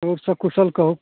रोज सऽ कुशल कहू